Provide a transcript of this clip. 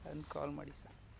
ಬಂದು ಕಾಲ್ ಮಾಡಿ ಸರ್